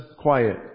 quiet